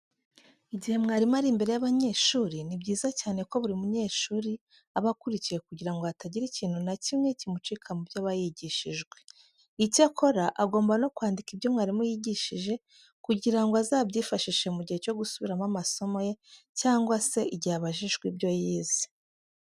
Igihe mwarimu ari imbere y'abanyeshuri ni byiza cyane ko buri munyeshuri aba akurikiye kugira ngo hatagira ikintu na kimwe kimucika mu byo aba yigishijwe. Icyakora, agomba no kwandika ibyo mwarimu yigishije kugira ngo azabyifashishe mu gihe cyo gusubiramo amasomo ye cyangwa se igihe abajijwe ibyo yize.